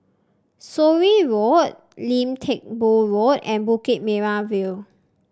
Surin Road Lim Teck Boo Road and Bukit Merah View